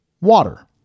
Water